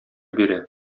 бирә